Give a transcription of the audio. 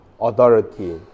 authority